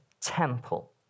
temple